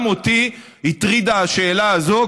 גם אותי הטרידה השאלה הזאת.